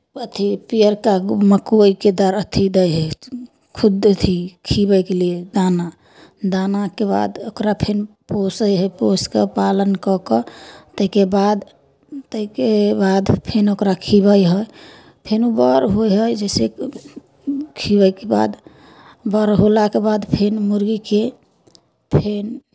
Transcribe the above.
अथि पिअरका ग मक्कइके दर् अथि दै हइ खुद अथि खिअबैके लिए दाना दानाके बाद ओकरा फेन पोसैत हइ पोसि कऽ पालन कऽ कऽ ताहिके बाद ताहिके बाद फेन ओकरा खिअबै हइ फेन ओ बड़ होइ हइ जइसे खिअबैके बाद बड़ होलाके बाद फेन मुर्गीकेँ फेन